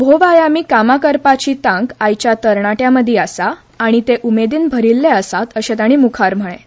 भोवआयामी कामां करपाची तांक आयच्या तरणाट्यां मदीं आसा आनी ते उमेदीन भरिल्ले आसात अशें तांणी मुखार म्हळें